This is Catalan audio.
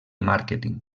màrqueting